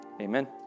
Amen